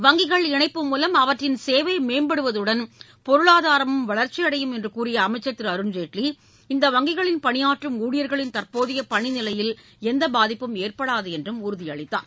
வங்கிகள் இணைப்பு மூலம் அவற்றின் சேவை மேம்படுவதுடன் பொருளாதாரமும் வளர்ச்சியடையும் என்று கூறிய அமைச்சர் திரு அருண்ஜேட்லி இந்த வங்கிகளின் பணியாற்றம் ஊழியர்களின் தற்போதைய பணி நிலையில் எந்தப் பாதிப்பும் ஏற்படாது என்று உறுதியளித்தார்